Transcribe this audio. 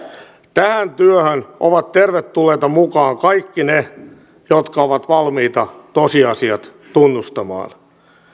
tähän työhön ovat tervetulleita mukaan kaikki ne jotka ovat valmiita tosiasiat tunnustamaan